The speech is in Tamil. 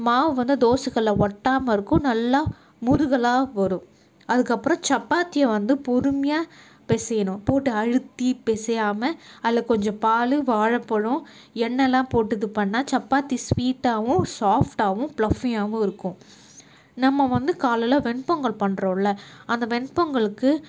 மாவு வந்து தோசை கல்லை ஒட்டாமல் இருக்கும் நல்லா முறுகலாக வரும் அதுக்கப்புறம் சப்பாத்தியை வந்து பொறுமையா பிசையணும் போட்டு அழுத்தி பிசையாமல் அதில் கொஞ்சம் பால் வாழைப்பழம் எண்ணெலாம் போட்டு இது பண்ணிணா சப்பாத்தி ஸ்வீட்டாகவும் சாஃப்டாகவும் பிளஃப்ஃபியாகவும் இருக்கும் நம்ம வந்து காலையில் வெண்பொங்கல் பண்ணுறோல்ல அந்த வெண்பொங்கலுக்கு